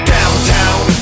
Downtown